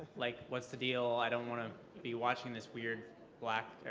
like what's the deal? i don't want to be watching this weird black